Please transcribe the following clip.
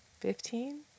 Fifteen